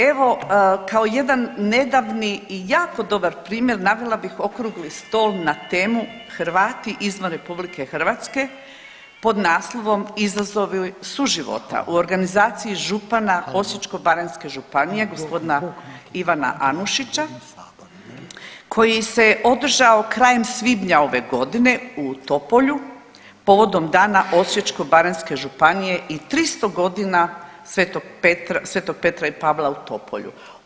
Evo kao jedan nedavni i jako dobar primjer navela bih Okrugli stol na temu „Hrvati izvan RH“ pod naslovom „Izazovi suživota“ u organizaciji župana Osječko-baranjske županije g. Ivana Anušića koji se održao krajem svibnja ove godine u Topolju povodom Dana Osječko-baranjske županije i 300.g. sv. Petra i Pavla u Topolju.